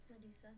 Medusa